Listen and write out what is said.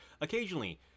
occasionally